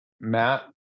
Matt